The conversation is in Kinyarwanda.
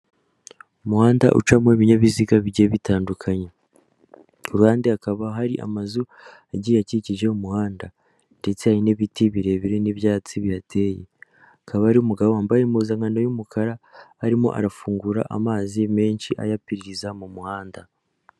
Umuhanda ucamo ibinyabiziga bigiye bitandukanye kandi hakaba hari amazu agiye akikije umuhanda ndetse n'ibiti birebire n'ibyatsi bihateye akaba ari umugabo wambaye impuzankano y'umukara arimo arafungura amazi menshi ayapiririza mu muhanda.